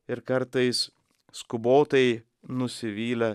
ir kartais skubotai nusivylę